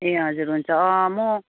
ए हजुर हुन्छ म